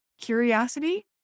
curiosity